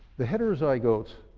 the heterozygotes